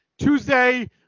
Tuesday